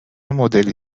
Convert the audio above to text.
مدلی